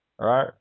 right